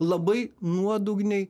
labai nuodugniai